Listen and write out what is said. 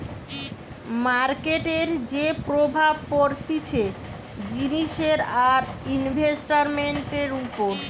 মার্কেটের যে প্রভাব পড়তিছে জিনিসের আর ইনভেস্টান্টের উপর